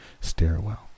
stairwell